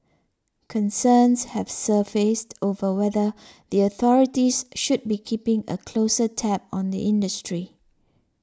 concerns have surfaced over whether the authorities should be keeping a closer tab on the industry